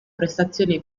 prestazioni